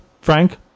Frank